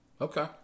Okay